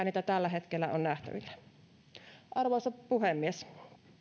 niitä tällä hetkellä on nähtävillä arvoisa puhemies